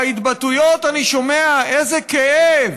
בהתבטאויות אני שומע: איזה כאב,